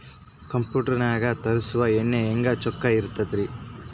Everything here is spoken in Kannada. ಕಂಪ್ಯೂಟರ್ ನಾಗ ತರುಸುವ ಎಣ್ಣಿ ಹೆಂಗ್ ಚೊಕ್ಕ ಇರತ್ತ ರಿ?